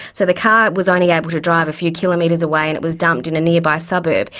so the car was only able to drive a few kilometres away and it was dumped in a nearby suburb.